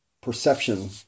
perception